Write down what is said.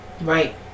Right